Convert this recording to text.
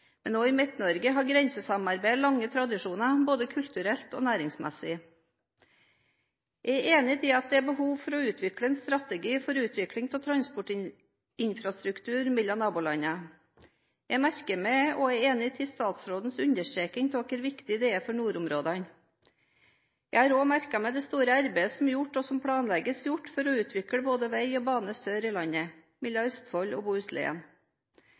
men også i Midt-Norge har grensesamarbeid lange tradisjoner, både kulturelt og næringsmessig. Jeg er enig i at det er behov for å utvikle en strategi for utvikling av transportinfrastruktur mellom nabolandene. Jeg merker meg – og er enig i – statsrådens understreking av hvor viktig det er for nordområdene. Jeg har også merket meg det store arbeidet som er gjort, og som planlegges gjort for å utvikle både vei og bane sør i landet, mellom Østfold og